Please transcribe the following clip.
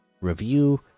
review